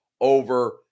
over